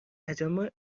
تجمع